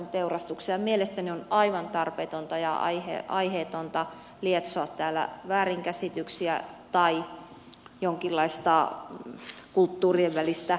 mielestäni on aivan tarpeetonta ja aiheetonta lietsoa täällä väärinkäsityksiä tai jonkinlaista kulttuurien välistä erimielisyyttä